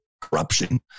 corruption